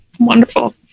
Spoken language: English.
Wonderful